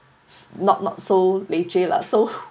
s~ not not so leceh lah so